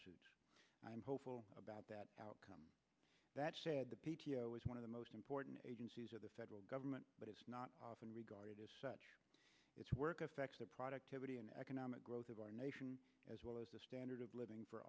suits i am hopeful about that outcome that is one of the most important agencies of the federal government it's not often regarded as such it's work affects the productivity and economic growth of our nation as well as the standard of living for